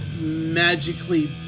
magically